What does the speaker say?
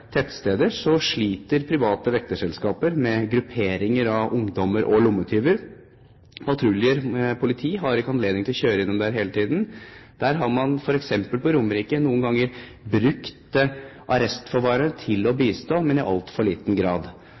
tettsteder hvor private vekterselskaper sliter med grupperinger av ungdommer og lommetyver. Patruljerende politi har ikke anledning til å kjøre innom der hele tiden. På Romerike f.eks. har man noen ganger brukt arrestforvarere til å bistå, men i altfor liten grad.